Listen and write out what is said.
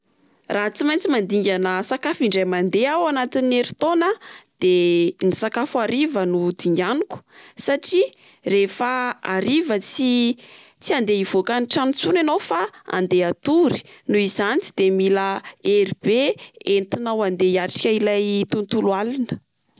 Raha tsy maintsy mandingana sakafo indray mandeha aho ao anatin'ny herin-taona de ny sakafo hariva no dinganiko satria rehefa hariva tsy tsy handeha hivoaka ny trano tsony ianao fa andeha hatory noho izany tsy de mila hery be entinao ande hiatrika ilay tontolo alina.